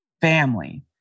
family